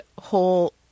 whole